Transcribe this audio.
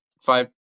five